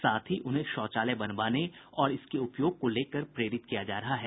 साथ ही उन्हें शौचालय बनवाने और इसके उपयोग के लिए प्रेरित किया जा रहा है